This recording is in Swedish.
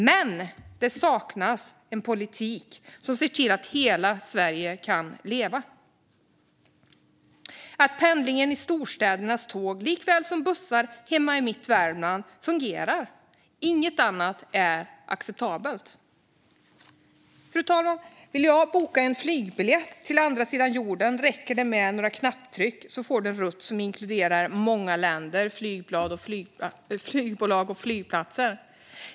Men det saknas en politik som ser till att hela Sverige kan leva. Det handlar om att pendlingen med storstädernas tåg likaväl som pendlingen med bussar hemma i mitt Värmland fungerar. Inget annat är acceptabelt. Fru talman! Vill jag boka en flygbiljett för en resa till andra sidan jorden räcker det med några knapptryck. Då får jag en rutt som inkluderar många länder, flygbolag och flygplatser.